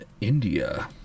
India